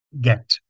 get